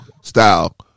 style